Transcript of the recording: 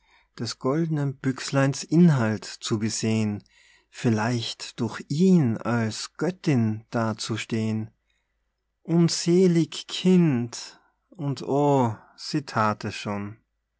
des goldnen büchsleins inhalt zu besehn vielleicht durch ihn als göttin dazustehn unselig kind und o sie that es schon